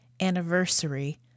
anniversary